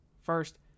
First